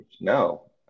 No